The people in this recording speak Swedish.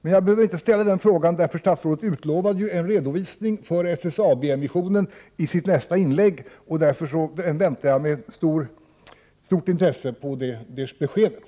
Men jag behöver inte ställa den frågan, för statsrådet utlovade en redovisning av SSAB-emissionen i sitt nästa inlägg. Därför väntar jag med stort intresse på det beskedet.